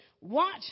watch